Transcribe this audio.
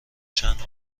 چند